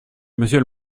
monsieur